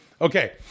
Okay